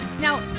Now